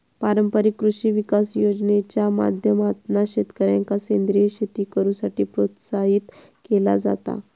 पारंपारिक कृषी विकास योजनेच्या माध्यमातना शेतकऱ्यांका सेंद्रीय शेती करुसाठी प्रोत्साहित केला जाता